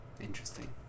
Interesting